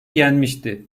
yenmişti